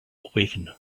awaken